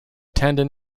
tendon